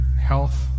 health